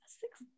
six